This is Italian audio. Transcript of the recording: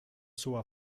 sua